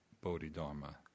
Bodhidharma